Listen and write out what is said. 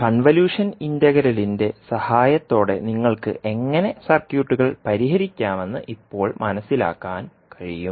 convolution ഇന്റഗ്രലിന്റെ സഹായത്തോടെ നിങ്ങൾക്ക് എങ്ങനെ സർക്യൂട്ടുകൾ പരിഹരിക്കാമെന്ന് ഇപ്പോൾ മനസിലാക്കാൻ കഴിയും